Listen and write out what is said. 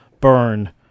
burn